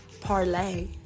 parlay